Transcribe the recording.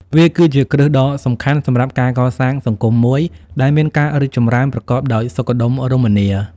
វាគឺជា គ្រឹះដ៏សំខាន់ សម្រាប់ការកសាងសង្គមមួយដែលមានការរីកចម្រើនប្រកបដោយសុខដុមរមនា។